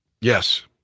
Yes